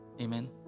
Amen